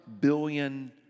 billion